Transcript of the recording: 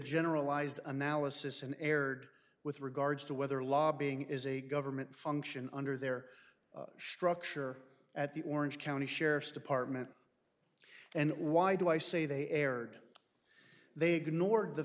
generalized analysis and erred with regards to whether lobbying is a government function under their structure at the orange county sheriff's department and why do i say they erred they ignored the